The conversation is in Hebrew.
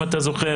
אם אתה זוכר,